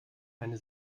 eine